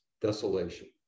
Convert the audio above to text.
desolation